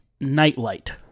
nightlight